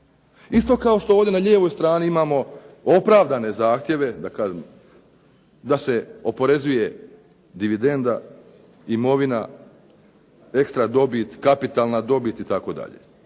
Isto kao što ovdje na lijevoj strani imamo opravdane zahtjeve da se oporezuje dividenda, imovina, ekstra dobit, kapitalna dobit itd.,